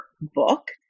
book